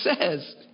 says